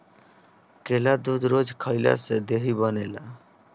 केला दूध रोज खइला से देहि बनेला